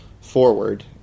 forward